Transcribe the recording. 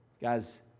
Guys